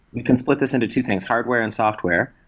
we can split this into two things hardware and software.